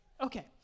Okay